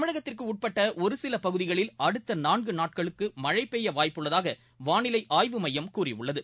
தமிழகத்திற்கு உட்பட்ட ஒருசில பகுதிகளில் அடுத்த நான்கு நாட்களுக்கு மழை பெய்ய வாய்ப்புள்ளதாக வானிலை ஆய்வு மையம் கூறியுள்ளது